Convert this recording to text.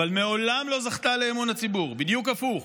אבל מעולם לא זכתה לאמון הציבור, בדיוק הפוך,